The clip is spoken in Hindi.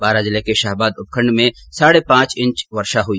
बारा जिले के शाहबाद उपखण्ड में साढै पांच इंच वर्षा हुई